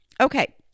Okay